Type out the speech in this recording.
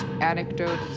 anecdotes